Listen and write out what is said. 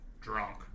drunk